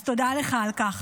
תודה לך על כך.